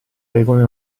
regole